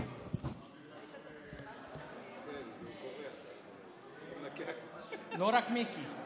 לא רק מיקי.